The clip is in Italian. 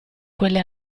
quelle